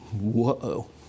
Whoa